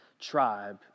tribe